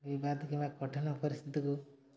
ବିବାଦ କିମ୍ବା କଠିନ ପରିସ୍ଥିତିକୁ